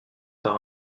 par